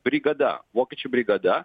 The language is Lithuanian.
brigada vokiečių brigada